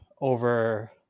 over